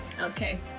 okay